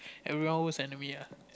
everyone worst enemy ah